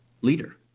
leader